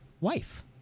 wife